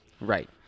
Right